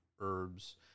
herbs